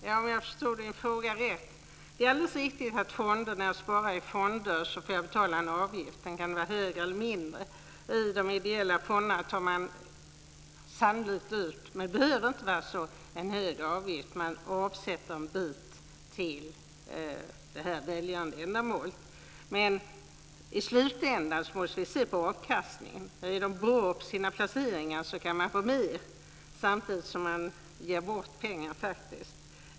Fru talman! Jag hoppas att jag förstod frågan rätt. Det är alldeles riktigt att jag får betala en avgift när jag sparar i fonder. Det kan vara högre eller lägre. I de ideella fonderna tar man sannolikt ut - det behöver inte vara så - en högre avgift. Man avsätter en del till det välgörande ändamålet. Men i slutändan måste vi se på avkastningen. Är de bra på sina placeringar kan vi få mer, samtidigt som vi faktiskt ger bort pengar.